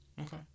Okay